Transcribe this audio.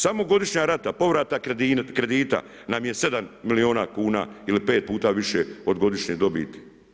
Samo godišnja rata povratka kredita nam je 7 milijuna kuna ili 5 puta više od godišnje dobiti.